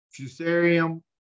fusarium